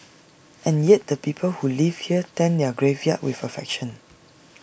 and yet the people who live here tend their graveyard with affection